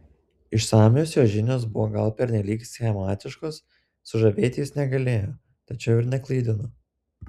išsamios jo žinios buvo gal pernelyg schematiškos sužavėti jis negalėjo tačiau ir neklaidino